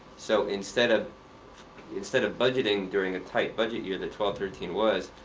so instead of instead of budgeting during a tight budget year that twelve thirteen was,